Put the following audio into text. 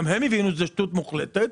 גם הם מבינים שזאת שטות מוחלטת.